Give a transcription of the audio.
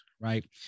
right